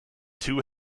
two